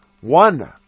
one